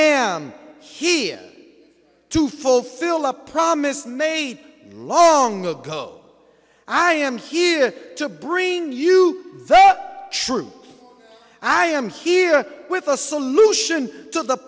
i am here to fulfill a promise made long ago i am here to bring you the truth i am here with a solution to the